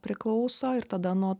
priklauso ir tada nuo